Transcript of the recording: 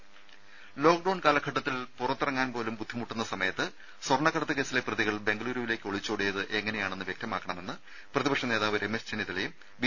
രുഭ ലോക്ഡൌൺ കാലഘട്ടത്തിൽ പുറത്തിറങ്ങാൻപോലും ബുദ്ധിമുട്ടുന്ന സമയത്ത് സ്വർണ്ണക്കടത്ത് കേസിലെ പ്രതികൾ ഒളിച്ചോടിയത് ബംഗലുരുവിലേക്ക് എങ്ങനെയെന്ന് വ്യക്തമാക്കണമെന്ന് പ്രതിപക്ഷ നേതാവ് രമേശ് ചെന്നിത്തലയും ബി